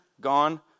gone